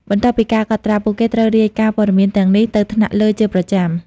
បន្ទាប់ពីការកត់ត្រា ពួកគេត្រូវរាយការណ៍ព័ត៌មានទាំងនេះទៅថ្នាក់លើជាប្រចាំ។